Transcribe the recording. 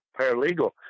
paralegal